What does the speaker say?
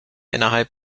innerhalb